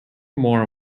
more